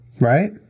Right